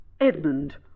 Edmund